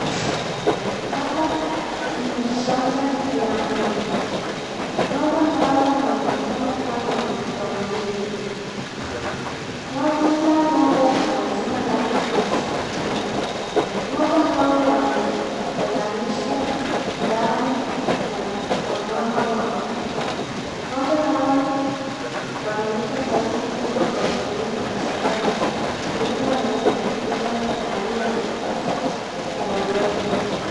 Hapa ni shamba la ng'ombe. Ng'ombe hawa wanaonekana kuwa ni wa kukamuliwa. Kila ng'ombe ana jina lake kwenye sikio. Ng'ombe hawa wametenganishwa ndama na wamama wao. Ng'ombe hawa wanaleta faida kubwa kwa mkulima kwa sababu mkulima anaweza kuuza maziwa na kupata mbolea.